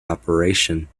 operation